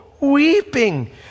weeping